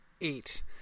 eight